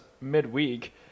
midweek